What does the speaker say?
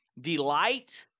delight